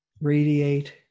radiate